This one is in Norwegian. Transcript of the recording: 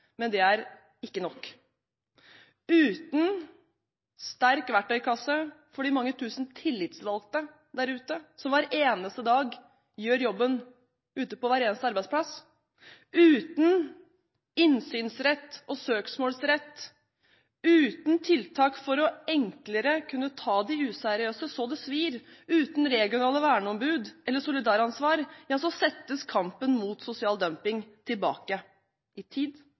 men det er ikke nok. Uten sterk verktøykasse for de mange tusen tillitsvalgte der ute som hver eneste dag gjør jobben ute på hver eneste arbeidsplass, uten innsynsrett og søksmålsrett, uten tiltak for enklere å kunne ta de useriøse så det svir, uten regionale verneombud eller solidaransvar, settes kampen mot sosial dumping tilbake i tid,